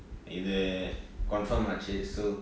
இது:ithu confirm ஆச்சு:aachu so